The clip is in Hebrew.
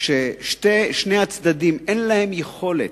כשלשני הצדדים אין יכולת,